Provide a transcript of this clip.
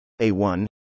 A1